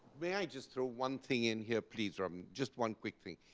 may i just throw one thing in here please, um just one quick thing?